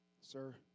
Sir